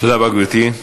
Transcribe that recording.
תודה רבה, גברתי.